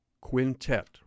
quintet